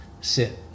sit